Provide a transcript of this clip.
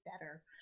better